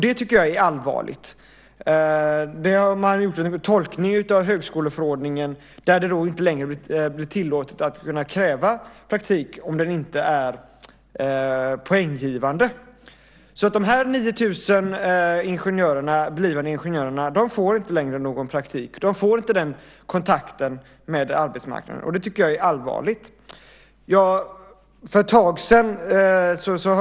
Det tycker jag är allvarligt. Man har gjort en sådan tolkning av högskoleförordningen att det inte längre blir tillåtet att kräva praktik om den inte är poänggivande. De 9 000 blivande ingenjörerna får inte längre praktik. De får inte den kontakten med arbetsmarknaden. Det tycker jag är allvarligt.